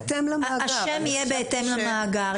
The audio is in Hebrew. השם יהיה בהתאם למאגר,